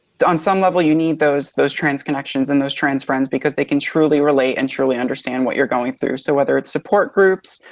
on some level you need those those trans connections and those trans friends because they can truly relate and truly understand what you're going through. so whether it's support groups,